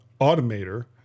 Automator